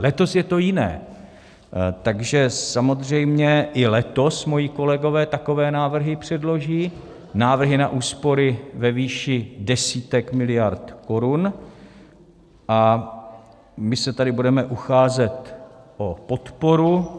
Letos je to jiné, takže samozřejmě i letos moji kolegové takové návrhy předloží, návrhy na úspory ve výši desítek miliard korun, a my se tady budeme ucházet o podporu.